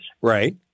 Right